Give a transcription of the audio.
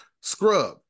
scrub